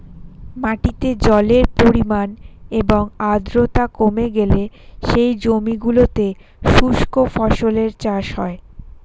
মাটিতে জলের পরিমাণ এবং আর্দ্রতা কমে গেলে সেই জমিগুলোতে শুষ্ক ফসলের চাষ হয়